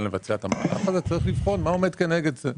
לבצע את המהלך הזה אלא צריך לבחון מה עומד כנגד זה.